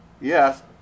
yes